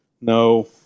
No